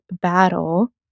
battle